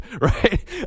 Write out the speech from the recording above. Right